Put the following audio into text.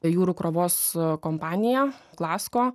jūrų krovos kompanija klasko